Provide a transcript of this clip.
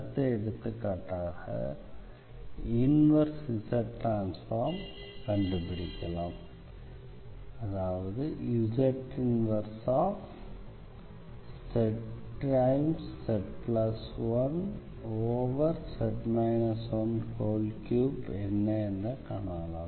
அடுத்த எடுத்துக்காட்டாக inverse Z transform Z 1zz1z 13 காணலாம்